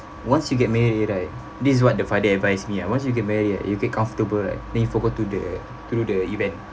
once you get married right this is what the father advised me ah once you can married right you get comfortable right then you forgot do the do the event